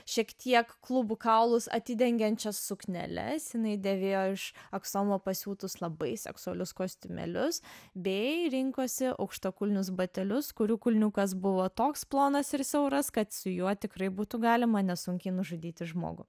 šiek tiek klubų kaulus atidengiančias sukneles jinai dėvėjo iš aksomo pasiūtus labai seksualius kostiumėlius bei rinkosi aukštakulnius batelius kurių kulniukas buvo toks plonas ir siauras kad su juo tikrai būtų galima nesunkiai nužudyti žmogų